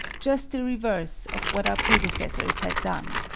just the reverse of what our predecessors had done.